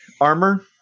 armor